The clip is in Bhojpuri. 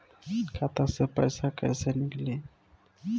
खाता से पैसा कैसे नीकली?